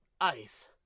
ice